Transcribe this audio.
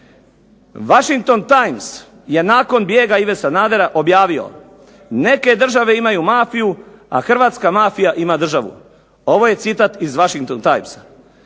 Washington Times je nakon bijega Ive Sanadera objavio: "Neke države imaju mafiju, a hrvatska mafija ima državu." Ovo je citat iz Washington Timesa.